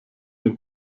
den